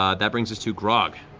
um that brings us to grog.